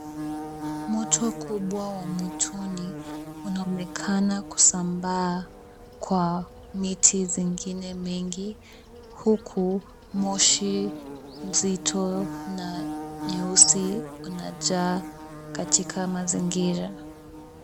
Moto kubwa wa motoni unaonekana kusambaa kwa miti zingine nyingi huku moshi mzito na nyeusi unajaa katika mazingira.